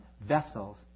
vessels